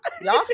Y'all